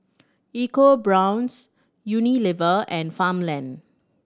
EcoBrown's Unilever and Farmland